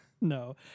No